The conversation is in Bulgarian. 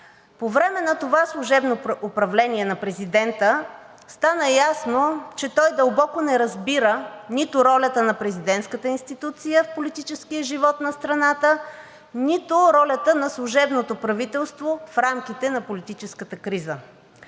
По време на това служебно управление на президента стана ясно, че той дълбоко не разбира нито ролята на президентската институция в политическия живот на страната, нито ролята на служебното правителство в рамките на политическата криза.